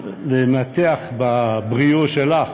לנתח בראייה שלך